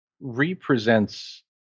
represents